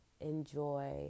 enjoy